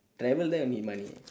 travel there will need money